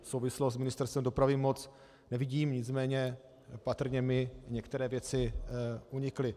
Souvislost s Ministerstvem dopravy moc nevidím, nicméně patrně mi některé věci unikly.